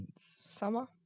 summer